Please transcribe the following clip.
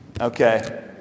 Okay